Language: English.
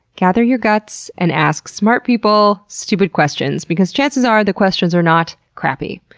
gather your guts and ask smart people stupid questions because chances are the questions are not crappy.